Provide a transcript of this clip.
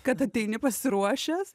kad ateini pasiruošęs